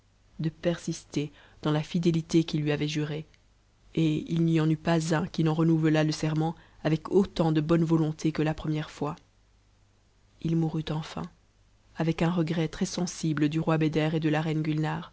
de persister dans la métité qu'ils lui avaient jurée et il n'y en eut pas un qui n'so renouvelât te serment avec autant de bonne volonté que la nrem'sre fois t mourut enfin avec un regret très-sensible du roi beder et de la reine